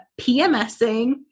PMSing